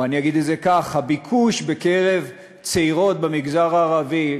או אני אגיד את זה כך: הביקוש בקרב צעירות במגזר הערבי,